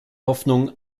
hoffnung